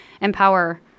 empower